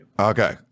Okay